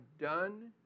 done